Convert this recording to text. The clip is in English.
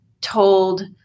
told